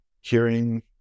hearing